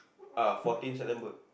ah fourteen September